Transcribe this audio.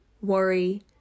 worry